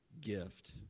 gift